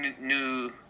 New